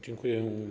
Dziękuję.